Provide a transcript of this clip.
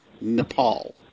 Nepal